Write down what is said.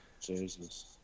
Jesus